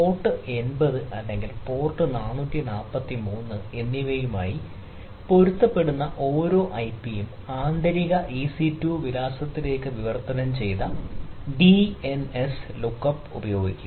port 80 അല്ലെങ്കിൽ port 443 എന്നിവയുമായി പൊരുത്തപ്പെടുന്ന ഓരോ പബ്ലിക് ഐപിയും ആന്തരിക ഇസി 2 വിലാസത്തിലേക്ക് വിവർത്തനം ചെയ്ത് ഡിഎൻഎസ് ലുക്ക്അപ്പ് ഉപയോഗിക്കുക